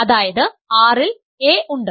അതായത് R ൽ a ഉണ്ട്